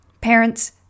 parents